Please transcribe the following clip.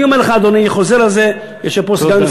אני אומר לך, אדוני, ואני חוזר על זה, תודה.